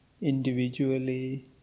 individually